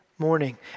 morning